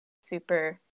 super